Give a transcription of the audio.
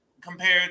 compared